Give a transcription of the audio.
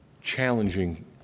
challenging